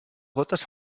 gotes